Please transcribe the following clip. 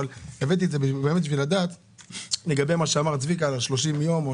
הבאתי את הדוח כדי לדעת לגבי מה שאמר צביקה על 30 ימים.